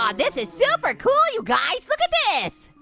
um this is super cool, you guys. look at this!